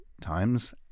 times